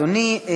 תודה רבה, אדוני.